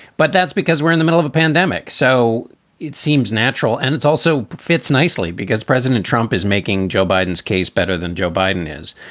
but that's because we're in the middle of a pandemic. so it seems natural and it's also fits nicely because president trump is making joe biden's case better than joe biden is.